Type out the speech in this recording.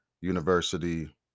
university